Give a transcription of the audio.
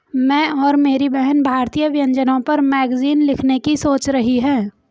मैं और मेरी बहन भारतीय व्यंजनों पर मैगजीन लिखने की सोच रही है